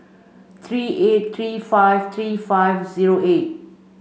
three eight three five three five zero eight